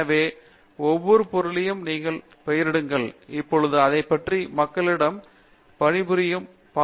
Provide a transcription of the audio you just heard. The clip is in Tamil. எனவே ஒவ்வொரு பொருளையும் நீங்கள் பெயரிடுகிறீர்கள் இப்பொழுது இதைப் பற்றி மக்களிடம் பணி புரிகிறோம்